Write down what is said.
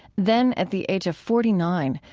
then, at the age of forty nine,